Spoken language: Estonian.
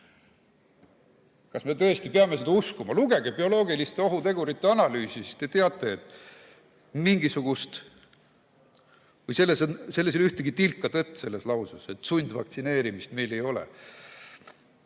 Kas me tõesti peame seda uskuma? Lugege bioloogiliste ohutegurite analüüsi, siis te teate, et ei ole ühtegi tilka tõtt selles lauses, et sundvaktsineerimist meil ei ole.